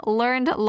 learned